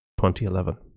2011